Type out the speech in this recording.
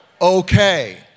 okay